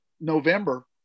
November